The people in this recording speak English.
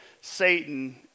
Satan